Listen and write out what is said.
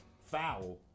foul